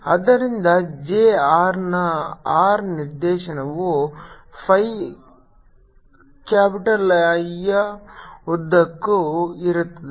ಆದ್ದರಿಂದ j r ನ r ನಿರ್ದೇಶನವು phi ಕ್ಯಾಪಿಟಲ್ಶಾಹಿಯ ಉದ್ದಕ್ಕೂ ಇರುತ್ತದೆ